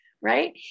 right